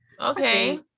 Okay